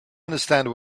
understand